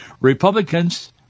Republicans